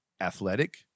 athletic